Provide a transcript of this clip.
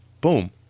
boom